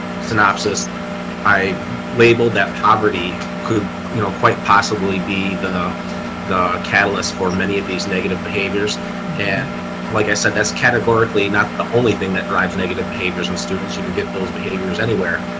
synopsis i labeled that poverty, could you know quite possibly be the the catalyst for many of these negative behaviors and like i said that's categorically, not the only thing that drives negative behaviors and students, you can get those behaviors anywhere.